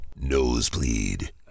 nosebleed